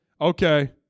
okay